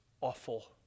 awful